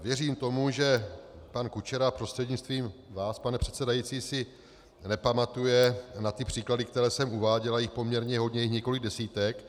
Věřím tomu, že pan Kučera prostřednictvím vás, pane předsedající, si nepamatuje na ty příklady, které jsem uváděl, a je jich poměrně hodně, je jich několik desítek.